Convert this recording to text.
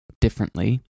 differently